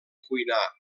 cuinar